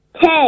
Ten